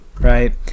Right